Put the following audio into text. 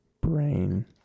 Brain